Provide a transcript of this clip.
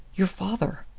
your father.